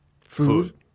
Food